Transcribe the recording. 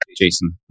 Jason